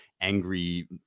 angry